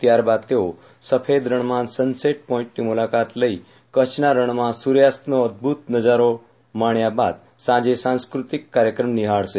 ત્યારબાદ તેઓ સફેદરણમાં સનસેટ પોઇન્ટની મુલાકાત લઇ કચ્છના રણમાં સૂર્યાસ્તનો અદ્વત નજારો માણ્યા બાદ સાંજે સાંસ્ક્રતિક કાર્યક્રમ નિહાળશે